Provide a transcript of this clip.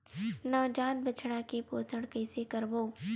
नवजात बछड़ा के पोषण कइसे करबो?